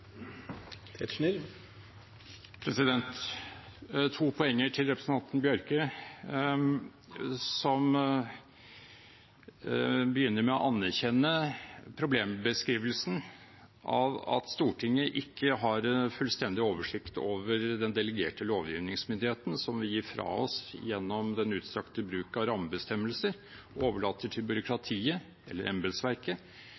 Bjørke. Han begynner med å anerkjenne problembeskrivelsen av at Stortinget ikke har fullstendig oversikt over den delegerte lovgivningsmyndigheten som vi gir fra oss gjennom den utstrakte bruken av rammebestemmelser og overlater til